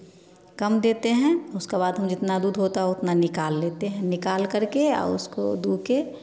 कम देते हैं उसके बाद हम जितना दूध होता है उतना निकाल लेते हैं निकाल करके और उसको दूके